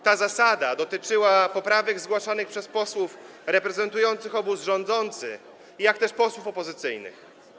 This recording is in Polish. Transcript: Ta zasada dotyczyła poprawek zgłaszanych zarówno przez posłów reprezentujących obóz rządzący, jak i posłów opozycyjnych.